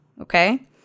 okay